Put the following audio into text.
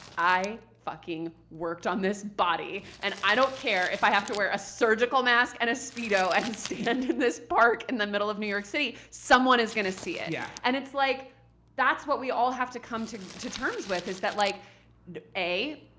i fucking worked on this body and i don't care if i have to wear a surgical mask and a speedo and stand in this park in the middle of new york city, someone is going to see it. yeah. and it's like that's what we all have to come to to terms with, is that like a,